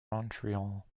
montreal